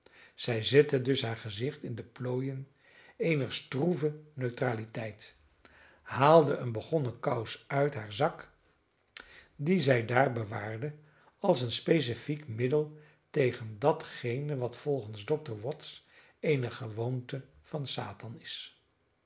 zij zette dus haar gezicht in de plooien eener stroeve neutraliteit haalde een begonnen kous uit haren zak die zij daar bewaarde als een specifiek middel tegen datgene wat volgens dr watts eene gewoonte van satan is